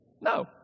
No